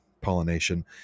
Pollination